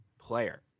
player